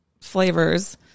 flavors